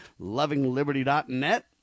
LovingLiberty.net